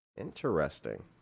Interesting